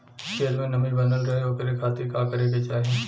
खेत में नमी बनल रहे ओकरे खाती का करे के चाही?